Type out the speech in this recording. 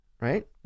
Right